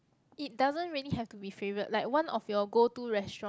it doesn't really have to be favorite like one of your go-to restaurant